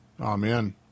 Amen